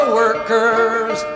workers